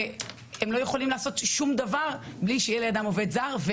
והם לא יכולים לעשות שום דבר בלי שיהיה לידם עובד זר,